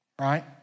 Right